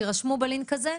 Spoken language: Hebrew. תירשמו בלינק הזה,